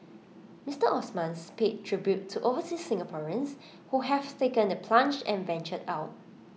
Mister Osman's paid tribute to overseas Singaporeans who have taken the plunge and ventured out